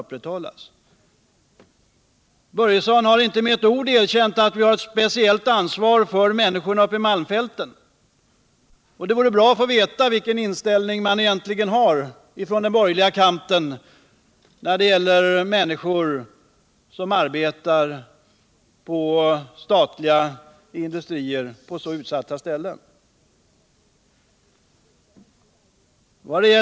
Fritz Börjesson har inte med ett ord erkänt att vi har ett speciellt ansvar för människorna uppe i malmfälten. Det vore bra att få veta vilken inställning man egentligen har på den borgerliga kanten när det gäller människor som arbetar i statliga industrier inom så utsatta områden som detta.